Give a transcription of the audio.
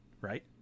right